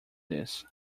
this